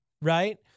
right